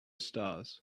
stars